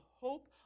hope